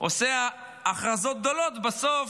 עושה הכרזות גדולות, ובסוף